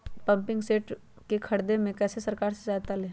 Pumping set के ख़रीदे मे कैसे सरकार से सहायता ले?